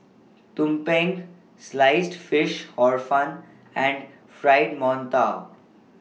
Tumpeng Sliced Fish Hor Fun and Fried mantou